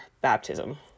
baptism